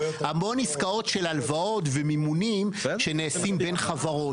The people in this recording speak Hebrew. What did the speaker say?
המון עסקאות של הלוואות ומימונים שנעשים בין חברות.